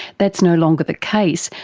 that's no longer the case,